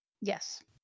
yes